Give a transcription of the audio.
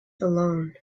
alone